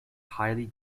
highly